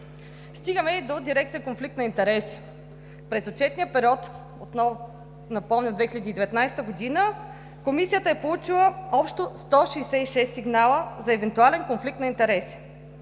Стигаме до дирекция „Конфликт на интереси“. През отчетния период, отново напомням – 2019 г., Комисията е получила общо 166 сигнала за евентуален конфликт на интереси.